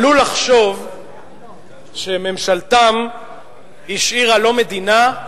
עלול לחשוב שממשלתם השאירה לא מדינה,